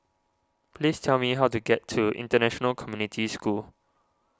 please tell me how to get to International Community School